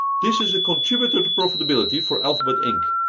this is a contributor to profitability for alphabet inc.